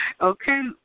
Okay